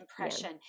Impression